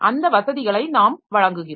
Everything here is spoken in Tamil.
அந்த வசதிகளை நாம் வழங்குகிறோம்